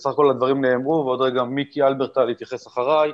בסך הכול הדברים נאמרו ועוד רגע מיקי הלברטל יתייחס אחריי.